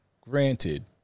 granted